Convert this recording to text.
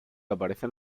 aparecen